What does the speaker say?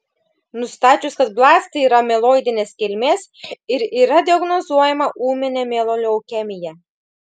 nustačius kad blastai yra mieloidinės kilmės ir yra diagnozuojama ūminė mieloleukemija